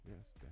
Yes